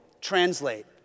translate